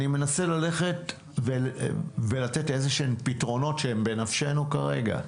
אני מנסה ללכת ולתת איזה שהם פתרונות שהם בנפשנו כרגע.